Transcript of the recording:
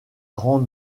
grand